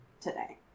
today